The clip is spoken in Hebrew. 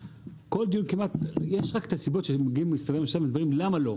ובכל דיון מסבירים בכל מיני סיבות למה לא,